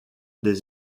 des